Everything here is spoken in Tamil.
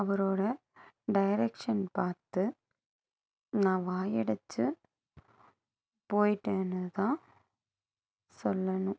அவரோட டைரெக்ஷன் பார்த்து நான் வாயடைத்து போய்ட்டேன்னு தான் சொல்லணும்